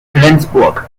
flensburg